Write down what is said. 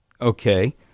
Okay